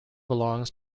belongs